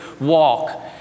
walk